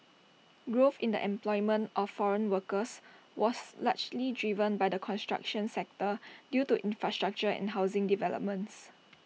growth in the employment of foreign workers was largely driven by the construction sector due to infrastructure and housing developments